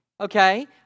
okay